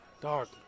Dark